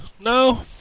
No